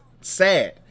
sad